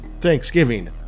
Thanksgiving